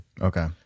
okay